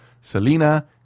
Selena